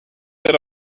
that